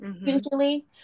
usually